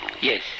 Yes